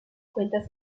cuenta